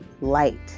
light